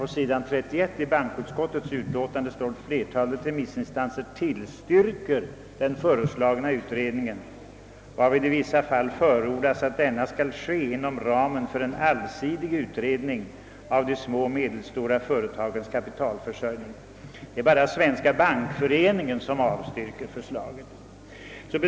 På s. 31 i utskottets utlåtande heter det dock: »Flertalet remissinstanser = tillstyrker den föreslagna utredningen, varvid i vissa fall förordas att denna skall ske inom ramen för en allsidig utredning av de små och medelstora företagens kapitalförsörjning.» Det är bara Svenska bankföreningen som avstyrker förslaget.